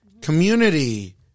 community